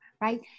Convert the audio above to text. right